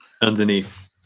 underneath